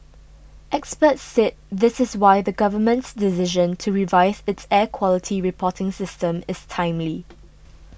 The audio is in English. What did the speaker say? experts said this is why the Government's decision to revise its air quality reporting system is timely